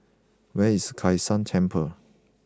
where is Kai San Temple